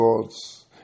God's